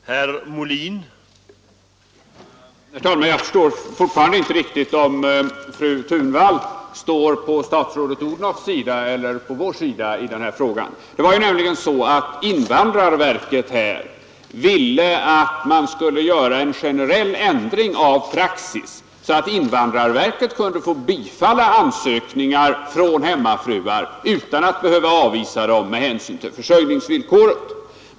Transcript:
Herr talman! Jag förstår fortfarande inte riktigt om fru Thunvall står på statsrådet Odhnoffs sida eller på vår sida i den här frågan. Det var nämligen så att invandrarverket ville att man skulle göra en generell ändring av praxis, så att invandrarverket kunde få bifalla ansökningar från hemmafruar utan att behöva avvisa dem med hänsyn till försörjningsvillkoret.